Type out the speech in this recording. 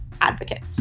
advocates